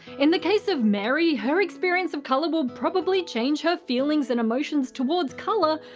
in the case of mary, her experience of color would probably change her feelings and emotions towards color,